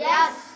Yes